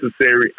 necessary